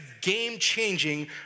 game-changing